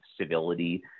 civility